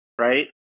right